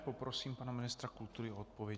Poprosím pana ministra kultury o odpověď.